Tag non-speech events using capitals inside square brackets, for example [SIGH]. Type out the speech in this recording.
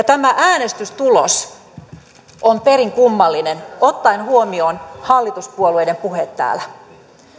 [UNINTELLIGIBLE] tämä äänestystulos on perin kummallinen ottaen huomioon hallituspuolueiden puheet täällä